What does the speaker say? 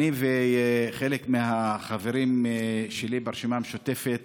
אני וחלק מהחברים שלי ברשימה המשותפת